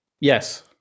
Yes